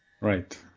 Right